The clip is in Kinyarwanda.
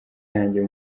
yanjye